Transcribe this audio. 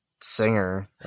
singer